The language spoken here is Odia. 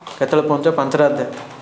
କେତେବେଳେ ପହଞ୍ଚିବ ପାଞ୍ଚଟା ରାତିରେ